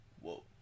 Whoa